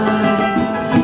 eyes